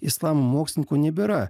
islamo mokslininkų nebėra